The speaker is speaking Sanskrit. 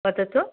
वदतु